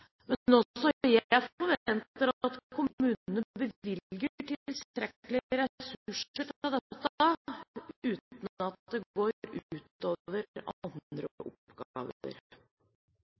jeg forventer at kommunene bevilger tilstrekkelige ressurser til dette, uten at det går ut over andre oppgaver.